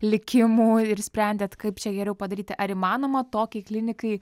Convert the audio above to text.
likimų ir sprendėt kaip čia geriau padaryti ar įmanoma tokiai klinikai